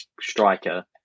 striker